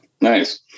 Nice